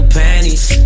panties